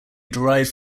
derived